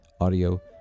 audio